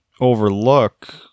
overlook